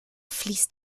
fließt